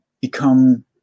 become